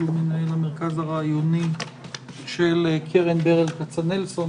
מנהל המרכז הרעיוני של קרן ברל כצנלסון,